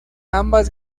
ambas